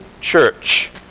church